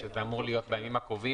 שזה אמור להיות בימים הקרובים,